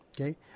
okay